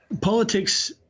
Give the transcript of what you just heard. Politics